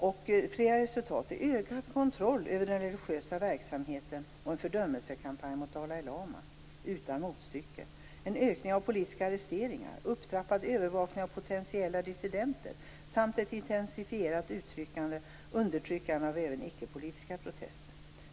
Här är flera resultat från National Forum: ökad kontroll över den religiösa verksamheten och en fördömelsekampanj mot Dalai lama utan motstycke, en ökning av politiska arresteringar, upptrappad övervakning av potentiella dissidenter samt ett intensifierat undertryckande av även ickepolitiska protester.